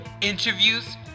interviews